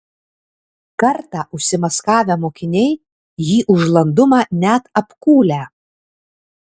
kartą užsimaskavę mokiniai jį už landumą net apkūlę